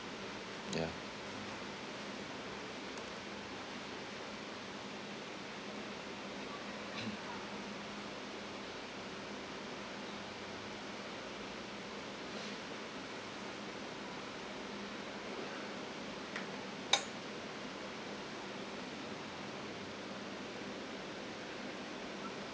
ya